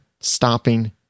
stopping